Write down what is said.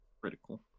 critical